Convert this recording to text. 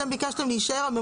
אתם ביקשתם להישאר עם הנוסח,